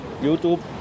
YouTube